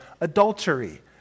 adultery